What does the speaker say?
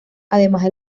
además